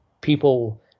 people